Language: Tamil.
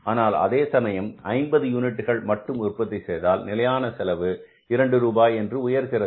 ஆனால் அதே சமயம் 50 யூனிட்டுகள் மட்டும் உற்பத்தி செய்தால் நிலையான செலவு இரண்டு ரூபாய் என்று உயர்கிறது